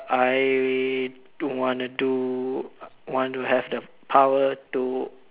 uh I do want to do want to have the power to